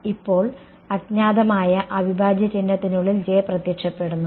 ഇപ്പോൾ അജ്ഞാതമായ അവിഭാജ്യ ചിഹ്നത്തിനുള്ളിൽ J പ്രത്യക്ഷപ്പെടുന്നു